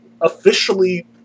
officially